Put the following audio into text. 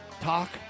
talk